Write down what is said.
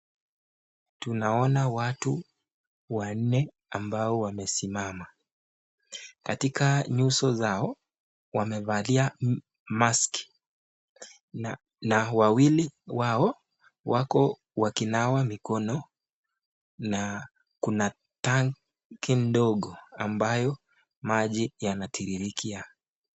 Tunaona watu wanne ambao wamesimama, katika nyuso zao wamevalia meski na wawili wao wako katika kuosha mkono na kuna tangi ndogo ambayo maji yanatiririkia.